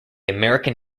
american